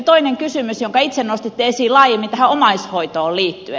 toinen kysymys jonka itse nostitte esiin laajemmin tähän omaishoitoon liittyen